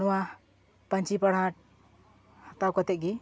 ᱱᱚᱣᱟ ᱯᱟᱹᱧᱪᱤ ᱯᱟᱲᱦᱟᱴ ᱦᱟᱛᱟᱣ ᱠᱟᱛᱮ ᱜᱮ